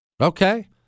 Okay